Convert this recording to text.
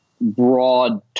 broad